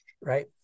right